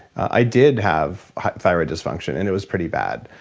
i did have thyroid disfunction. and it was pretty bad.